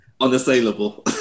unassailable